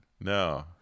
No